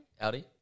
Audi